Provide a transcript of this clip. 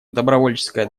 добровольческое